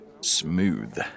Smooth